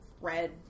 red